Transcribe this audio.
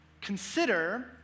consider